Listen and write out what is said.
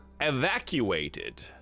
evacuated